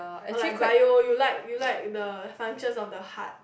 or like bio you like you like the functions of the heart